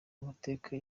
amateka